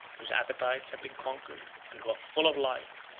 whose appetites have been conquered, and who are full of light,